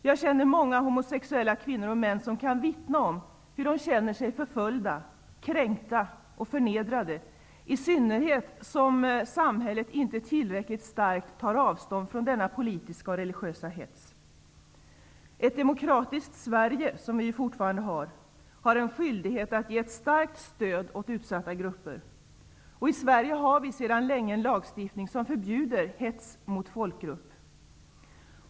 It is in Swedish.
Jag känner många homosexuella kvinnor och män, som kan vittna om att de känner sig förföljda, kränkta och förnedrade, i synnerhet eftersom samhället inte tillräckligt starkt tar avstånd från denna politiska och religiösa hets. Ett demokratiskt Sverige, som vi ju fortfarande har, har en skyldighet att ge ett starkt stöd åt utsatta grupper. I Sverige har vi sedan länge en lagstiftning som förbjuder hets mot folkgrupp.